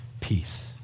peace